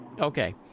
okay